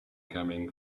coming